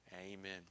Amen